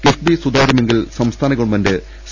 കിഫ്ബി സുതാര്യമാണെ ങ്കിൽ സംസ്ഥാന ഗവൺമെന്റ് സി